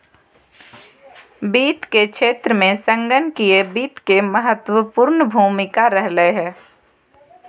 वित्त के क्षेत्र में संगणकीय वित्त के महत्वपूर्ण भूमिका रहलय हें